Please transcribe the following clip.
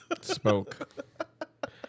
Spoke